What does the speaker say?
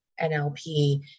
NLP